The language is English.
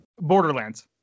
Borderlands